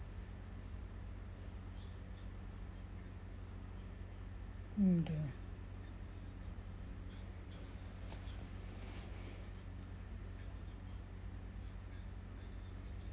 oh dear